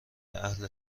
اهل